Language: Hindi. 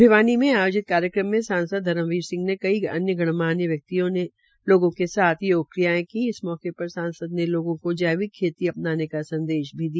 भिवानी में आयोजित कार्यक्रम में सांसद धर्मवीर सिंह व कई अन्य गणमान्य व्यक्तियों ने लोगों के साथ योग क्रियायें की और इस मौके पर सांसद ने लोगों को जैविक खेती अपनाने का संदेश दिया